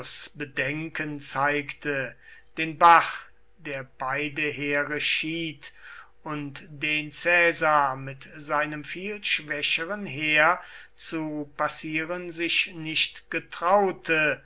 bedenken zeigte den bach der beide heere schied und den caesar mit seinem viel schwächeren heer zu passieren sich nicht getraute